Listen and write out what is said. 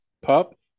Pup